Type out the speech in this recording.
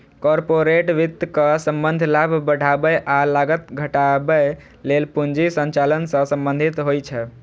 corporate वित्तक संबंध लाभ बढ़ाबै आ लागत घटाबै लेल पूंजी संचालन सं संबंधित होइ छै